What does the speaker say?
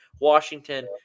Washington